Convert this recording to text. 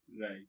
Right